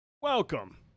Welcome